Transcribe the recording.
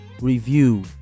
review